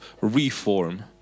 reform